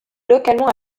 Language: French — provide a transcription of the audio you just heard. localement